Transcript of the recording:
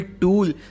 tool